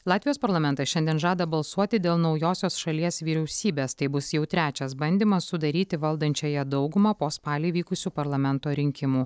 latvijos parlamentas šiandien žada balsuoti dėl naujosios šalies vyriausybės tai bus jau trečias bandymas sudaryti valdančiąją daugumą po spalį vykusių parlamento rinkimų